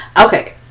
okay